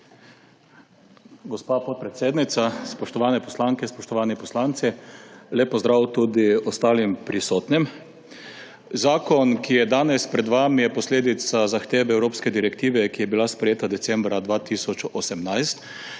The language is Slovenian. Gospa podpredsednica, spoštovane poslanke, spoštovani poslanci, lep pozdrav tudi ostalim prisotnim! Zakon, ki je danes pred vami, je posledica zahteve evropske direktive, ki je bila sprejeta decembra 2018.